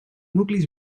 nuclis